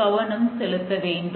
காண்பீர்கள்